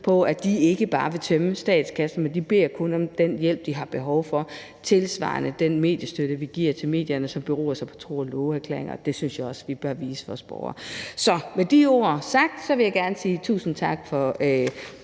til at de ikke bare vil tømme statskassen, men kun beder om den hjælp, de har behov for, som det er tilfældet i forbindelse med den mediestøtte, vi giver til medierne, som beror sig på tro og love-erklæringer. Den tillid synes jeg også vi bør vise vores borgere. Så med de ord sagt vil jeg gerne sige tusind tak for